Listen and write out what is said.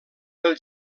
del